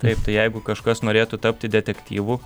taip tai jeigu kažkas norėtų tapti detektyvu